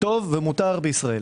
טוב ומותר בישראל.